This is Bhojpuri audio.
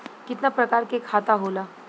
कितना प्रकार के खाता होला?